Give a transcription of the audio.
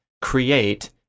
create